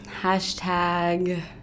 Hashtag